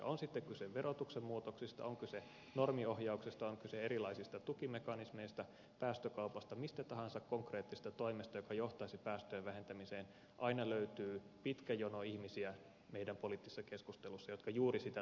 on sitten kyse verotuksen muutoksista on kyse normiohjauksesta on kyse erilaisista tukimekanismeista päästökaupasta mistä tahansa konkreettisesta toimesta joka johtaisi päästöjen vähentämiseen aina löytyy poliittisessa keskustelussa pitkä jono ihmisiä jotka juuri sitä toimenpidettä vastustavat